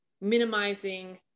minimizing